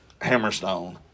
Hammerstone